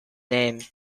name